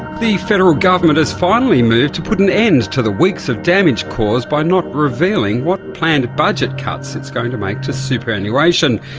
the federal government has finally moved to put an end to the weeks of damage caused by not revealing what planned budget cuts it's going to make to superannuation.